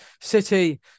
City